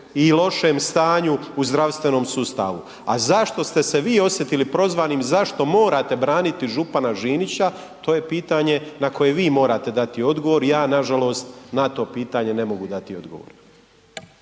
i lošem stanju u zdravstvenom sustavu, a zašto ste se vi osjetili prozvanim, zašto morate braniti župana Žinića, to je pitanje na koje vi morate dati odgovor, ja nažalost na to pitanje ne mogu dati odgovor.